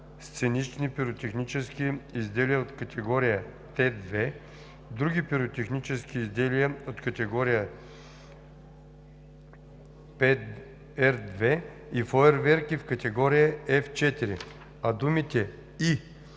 сценични пиротехнически изделия от категория Т2, други пиротехнически изделия от категория Р2 и фойерверки от категория F4“, а думите „и